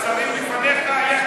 השרים לפניך, היה כשל שוק?